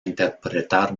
interpretar